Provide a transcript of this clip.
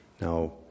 Now